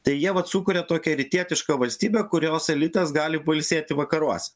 tai jie vat sukuria tokią rytietišką valstybę kurios elitas gali pailsėti vakaruose